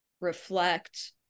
reflect